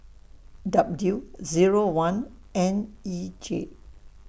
W Zero one N E J